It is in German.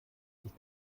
sich